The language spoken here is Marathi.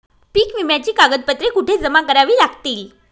पीक विम्याची कागदपत्रे कुठे जमा करावी लागतील?